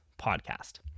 podcast